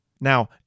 Now